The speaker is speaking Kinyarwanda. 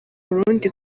burundi